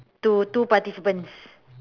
to two participants